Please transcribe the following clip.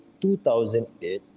2008